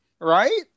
Right